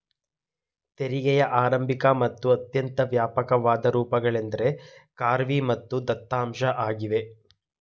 ತೆರಿಗೆಯ ಆರಂಭಿಕ ಮತ್ತು ಅತ್ಯಂತ ವ್ಯಾಪಕವಾದ ರೂಪಗಳೆಂದ್ರೆ ಖಾರ್ವಿ ಮತ್ತು ದತ್ತಾಂಶ ಆಗಿವೆ